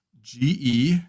GE